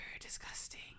disgusting